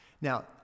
now